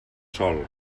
sol